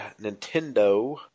Nintendo